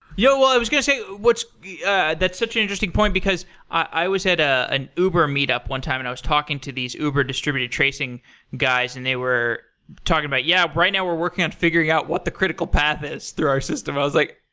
yeah i was going to say yeah that's such an interesting point, because i was at ah an uber meet up one time and i was talking to these uber distributed tracing guys and they were talking about, yeah. right now, we're working on figuring out what the critical path is through our system. i was like,